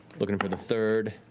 looking for the third.